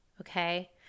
okay